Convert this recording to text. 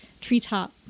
treetop